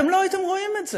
אתם לא הייתם רואים את זה.